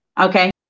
okay